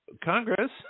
Congress